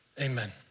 Amen